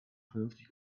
vernünftig